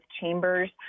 chambers